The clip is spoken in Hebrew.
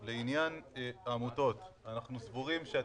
לחוק מס ערך מוסף,